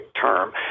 term